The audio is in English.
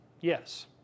Yes